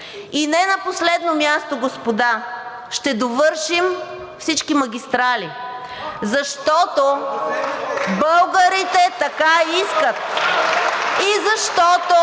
И не на последно място, господа, ще довършим всички магистрали, защото българите така искат